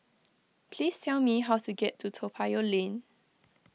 please tell me how to get to Toa Payoh Lane